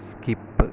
skip